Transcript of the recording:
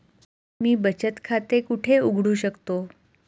मी बचत खाते कुठे उघडू शकतो?